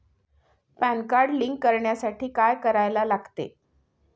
Pan card link करण्यासाठी काय करायला लागते?